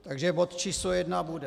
Takže bod číslo 1 bude